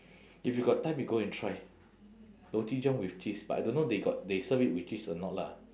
if you got time you go and try roti john with cheese but I don't know they got they serve it with cheese or not lah